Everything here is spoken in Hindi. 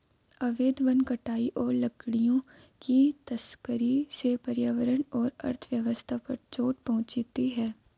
अवैध वन कटाई और लकड़ियों की तस्करी से पर्यावरण और अर्थव्यवस्था पर चोट पहुँचती है